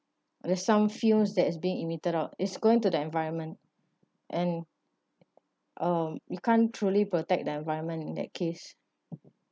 there're some fumes that is being emitted out is going to the environment and um you can't truly protect the environment in that case